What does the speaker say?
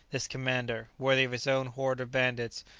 this commander, worthy of his own horde of bandits,